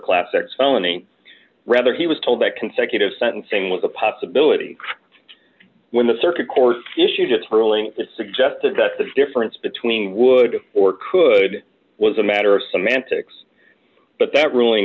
felony rather he was told that consecutive sentencing was a possibility when the circuit court issue just hurling it suggested that the difference between would or could was a matter of semantics but that ruling